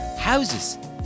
houses